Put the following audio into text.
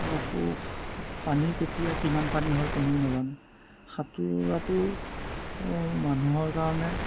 পানী কেতিয়া কিমান পানী হয় কোনেও নাজানে সাঁতোৰাটো মানুহৰ কাৰণে